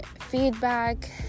feedback